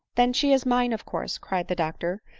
then she is mine of course, cried the doctor,